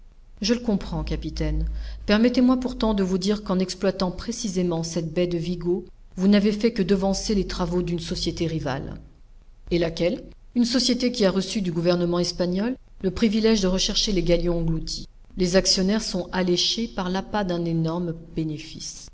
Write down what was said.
je le comprends capitaine permettez-moi pourtant de vous dire qu'en exploitant précisément cette baie de vigo vous n'avez fait que devancer les travaux d'une société rivale et laquelle une société qui a reçu du gouvernement espagnol le privilège de rechercher les galions engloutis les actionnaires sont alléchés par l'appât d'un énorme bénéfice